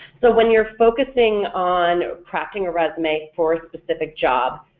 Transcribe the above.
so when you're focusing on crafting a resume for a specific job,